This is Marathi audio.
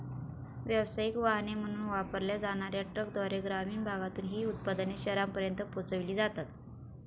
व्यावसायिक वाहने म्हणून वापरल्या जाणार्या ट्रकद्वारे ग्रामीण भागातून ही उत्पादने शहरांपर्यंत पोहोचविली जातात